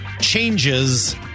changes